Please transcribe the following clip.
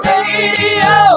Radio